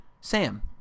Sam